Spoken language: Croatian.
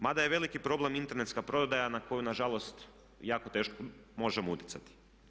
Mada je veliki problem internetska prodaja na koju nažalost jako teško možemo utjecati.